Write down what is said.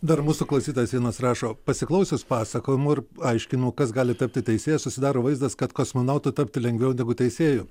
dar mūsų klausytojas vienas rašo pasiklausęs pasakojimų ir aiškino kas gali tapti teisėja susidaro vaizdas kad kosmonautu tapti lengviau negu teisėju